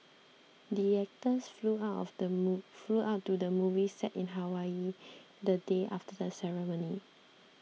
the actors flew out of the move flew out to the movie set in Hawaii the day after the ceremony